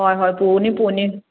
ꯍꯣꯏ ꯍꯣꯏ ꯄꯨꯅꯤ ꯄꯨꯅꯤ